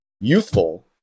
youthful